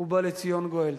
ובא לציון גואל.